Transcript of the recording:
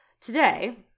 Today